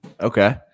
Okay